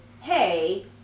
hey